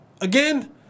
Again